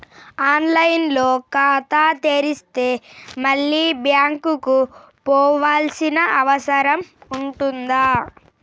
On line లో ఖాతా తెరిస్తే మళ్ళీ బ్యాంకుకు పోవాల్సిన అవసరం ఉంటుందా?